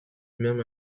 même